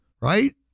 right